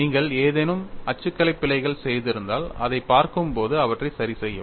நீங்கள் ஏதேனும் அச்சுக்கலை பிழைகள் செய்திருந்தால் இதைப் பார்க்கும்போது அவற்றைச் சரிசெய்யவும்